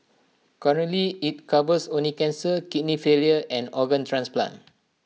currently IT covers only cancer kidney failure and organ transplant